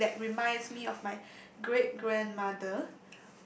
something that reminds me of my great grandmother